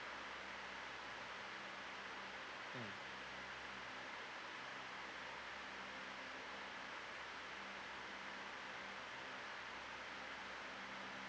mm